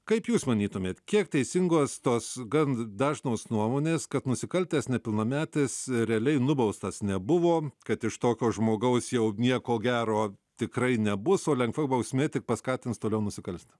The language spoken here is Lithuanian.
kaip jūs manytumėt kiek teisingos tos gan dažnos nuomonės kad nusikaltęs nepilnametis realiai nubaustas nebuvo kad iš tokio žmogaus jau nieko gero tikrai nebus o lengva bausmė tik paskatins toliau nusikalsti